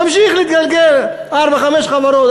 ממשיך להתגלגל, ארבע-חמש חברות.